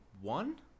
one